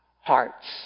hearts